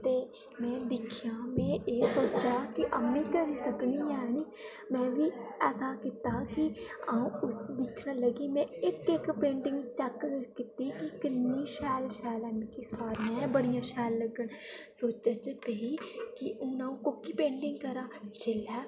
ते में दिक्खी में एह् सोचेआ कि आम्मी करी सकनी ऐ नी में बी ऐसा कीता की अं'ऊ उसी दिक्खन लगी में इक्क इक्क पेंटिंग चेक कीती ही कन्नै शैल शैल मिगी सारियां बड़ियां शैल इक्क इ'न्ना शैल सोचें च पेई कि हू'न अं'ऊ कोह्की पेंटिंग करां जेल्लै